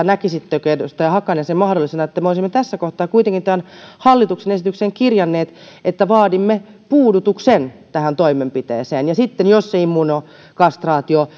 näkisittekö edustaja hakanen mahdollisena että me olisimme tässä kohtaa kuitenkin tähän hallituksen esitykseen kirjanneet että vaadimme puudutuksen tähän toimenpiteeseen sitten jos se immunokastraatio